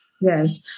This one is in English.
Yes